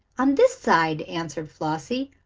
on this side, answered flossie,